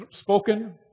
spoken